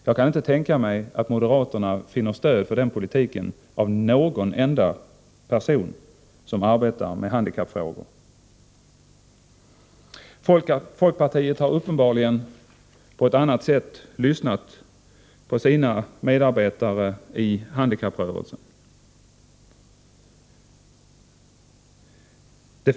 Jag kan inte tänka mig att moderata samlingspartiet finner stöd för sin politik hos någon enda person som arbetar med handikappfrågor. Folkpartiet har uppenbarligen på ett annat sätt lyssnat på sina medarbetare i handikapprörelsen.